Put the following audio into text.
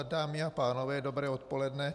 Dámy a pánové, dobré odpoledne.